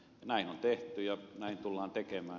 näin on tehty ja näin tullaan tekemään